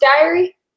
Diary